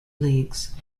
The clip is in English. leagues